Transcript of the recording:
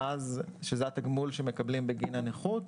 שהוא התגמול שמקבלים בגין הנכות.